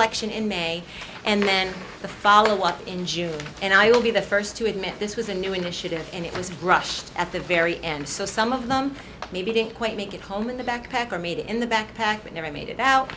election in may and then the follow up in june and i will be the first to admit this was a new initiative and it was rushed at the very end so some of them maybe didn't quite make it home in the backpack or made in the backpack when they made it out